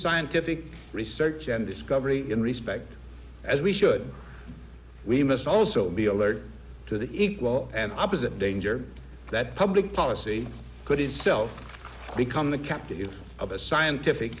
scientific research and discovery in respect as we should we must also be alert to the equal and opposite danger that public policy could itself become the captive use of a scientific